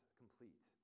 complete